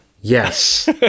Yes